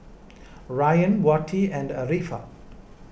Ryan Wati and Arifa